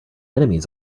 enemies